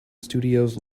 studios